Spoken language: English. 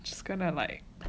just gonna like